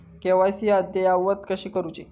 KYC अद्ययावत कशी करुची?